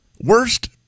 Worst